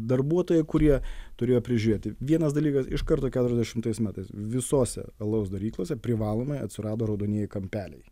darbuotojai kurie turėjo prižiūrėti vienas dalykas iš karto keturiasdešimtais metais visose alaus daryklose privalomai atsirado raudonieji kampeliai